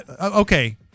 okay